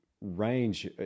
range